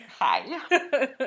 Hi